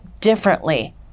differently